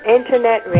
Internet